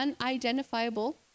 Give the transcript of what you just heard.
unidentifiable